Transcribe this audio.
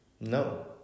No